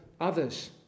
others